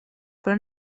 però